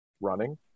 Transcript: running